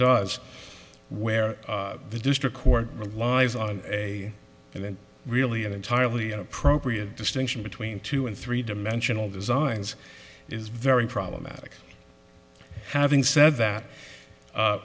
does where the district court relies on a and then really an entirely appropriate distinction between two and three dimensional designs is very problematic having said that